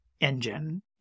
engine